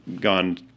gone